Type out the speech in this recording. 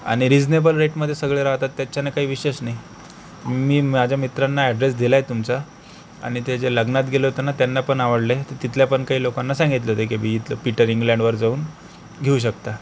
आणि रीजनेबल रेटमधे सगळे राहतात त्याच्यानं काही विषयच नाही मी माझ्या मित्रांना अॅड्रेस दिलाय तुमचा आणि ते जे लग्नात गेलं होतं ना त्यांनापण आवडले तर तिथल्यापण काही लोकांना सांगितलेत की भाई इथलं पीटर इंग्लंडवर जाऊन घेऊ शकता